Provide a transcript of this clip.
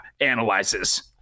analyzes